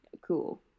cool